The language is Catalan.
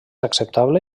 acceptable